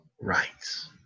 rights